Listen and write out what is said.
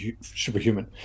superhuman